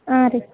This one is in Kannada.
ಹಾಂ ರೀ